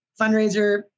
fundraiser